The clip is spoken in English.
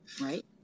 right